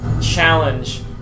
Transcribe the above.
challenge